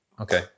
Okay